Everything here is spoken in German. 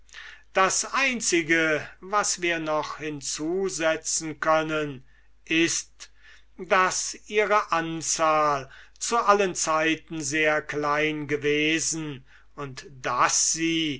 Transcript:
das einzige was wir noch hinzusetzen können ist daß ihre anzahl zu allen zeiten sehr klein gewesen und daß sie